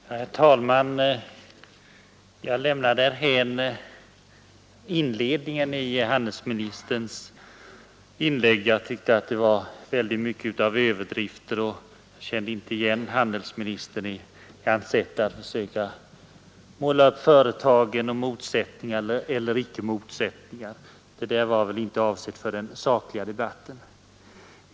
Herr talman! Jag lämnar därhän inledningen i handelsministerns inlägg. Den innehöll mycket av överdrifter och jag kände inte igen handelsministern i sättet att försöka klassa oss eller företagen med avseende på motsättningar eller icke motsättningar. Men allt det var väl inte avsett för den sakliga debatten.